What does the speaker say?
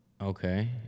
okay